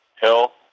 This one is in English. hill